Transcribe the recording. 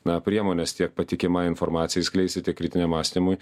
na priemones tiek patikimai informacijai skleisti ir tiek kritiniam mąstymui